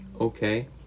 Okay